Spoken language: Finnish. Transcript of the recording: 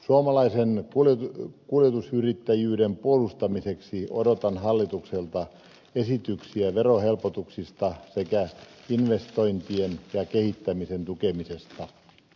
suomalaisen kuljetusyrittäjyyden puolustamiseksi odotan hallitukselta esityksiä verohelpotuksista sekä investointien ja kehittämisen tukemisesta